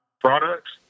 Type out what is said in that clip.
products